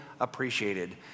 appreciated